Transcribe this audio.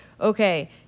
okay